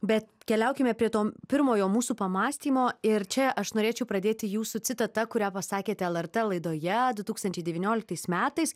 bet keliaukime prie to pirmojo mūsų pamąstymo ir čia aš norėčiau pradėti jūsų citata kurią pasakėte lrt laidoje du tūkstančiai devynioliktais metais